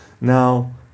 Now